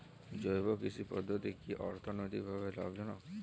জৈব কৃষি পদ্ধতি কি অর্থনৈতিকভাবে লাভজনক?